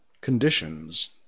conditions